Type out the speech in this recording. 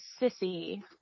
sissy